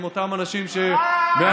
עם אותם אנשים שמעמתים,